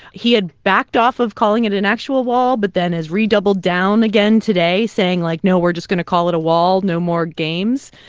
he had backed off of calling it an actual wall but then has redoubled down again today saying, like, no, we're just going to call it a wall. no more games.